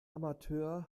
amateur